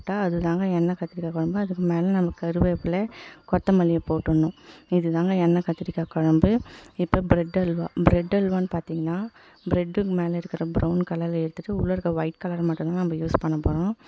உப்பு போட்டால் அதுதான்ங்க எண்ணெய் கத்திரிக்காய் கொழம்பு அதுக்கு மேலே நம்ம கருவேப்பிலை கொத்தமல்லியை போட்டுருணும் இது தான்ங்க எண்ணெய் கத்திரிக்காய் கொழம்பு இப்போ ப்ரெட் அல்வா ப்ரெட் அல்வானு பார்த்தீங்கனா ப்ரெட்டு மேலே இருக்கிற ப்ரவுன் கலரை எடுத்துவிட்டு உள்ளே இருக்கிற ஒயிட் கலரை மட்டும் தான் நம்ம யூஸ் பண்ணப் போகிறோம்